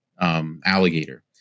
alligator